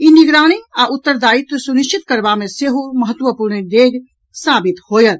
ई निगरानी आ उत्तरदायित्व सुनिश्चित करबा मे सेहो महत्वपूर्ण डेग साबित होएत